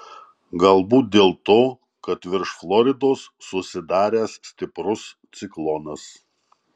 galbūt dėl to kad virš floridos susidaręs stiprus ciklonas